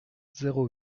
zéro